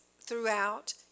throughout